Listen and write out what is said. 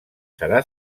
serà